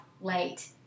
late